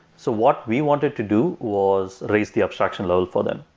so what we wanted to do was raise the abstraction level for them,